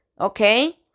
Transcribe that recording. okay